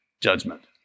judgment